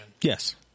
Yes